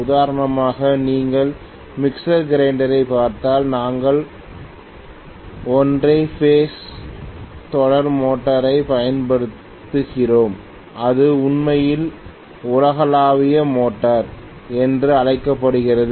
உதாரணமாக நீங்கள் மிக்சர் கிரைண்டரைப் பார்த்தால் நாங்கள் ஒற்றை பேஸ் தொடர் மோட்டாரைப் பயன்படுத்துகிறோம் இது உண்மையில் உலகளாவிய மோட்டார் என்று அழைக்கப்படுகிறது